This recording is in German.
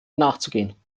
nachzugehen